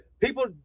people